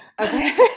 Okay